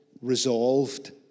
resolved